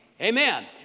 Amen